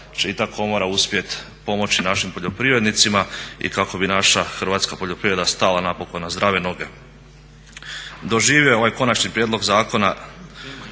i ta komora uspjeti pomoći našim poljoprivrednicima i kako bi naša hrvatska poljoprivreda stala napokon na zdrave noge. Doživio je ovaj konačni prijedlog zakona